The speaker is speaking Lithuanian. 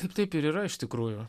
taip taip ir yra iš tikrųjų